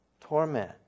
Torment